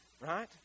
right